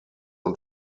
und